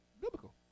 biblical